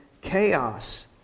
chaos